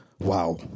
wow